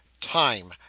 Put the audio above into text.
Time